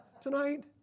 tonight